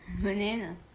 Banana